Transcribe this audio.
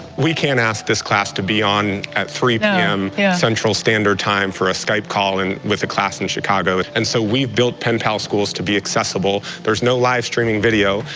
we can't ask this class to be on at three pm central standard time for a skype call with a class in chicago. and so we built penpal schools to be accessible, there's no live streaming video,